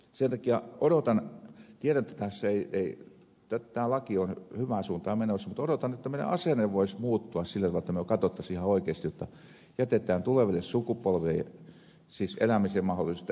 sen takia odotan tiedän että tämä laki on hyvään suuntaan menossa mutta odotan että meidän asenteemme voisi muuttua sillä tavalla että me katsoisimme ihan oikeasti jotta jätetään tuleville sukupolville elämisen mahdollisuus